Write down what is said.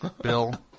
Bill